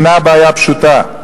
אינה בעיה פשוטה.